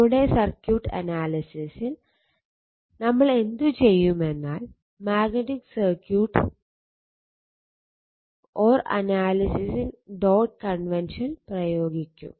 നമ്മുടെ സർക്യൂട്ട് അനാലിസിസിൽ നമ്മൾ എന്തുചെയ്യുമെന്നാൽ മാഗ്നറ്റിക് സർക്യൂട്ട് അനാലിസിസിൽ ഡോട്ട് കൺവെൻഷൻ പ്രയോഗിക്കും